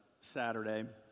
Saturday